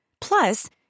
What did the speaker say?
Plus